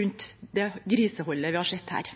rundt det griseholdet vi har sett her.